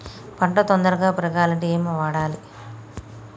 పంట తొందరగా పెరగాలంటే ఏమి వాడాలి?